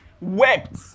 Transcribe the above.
wept